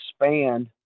expand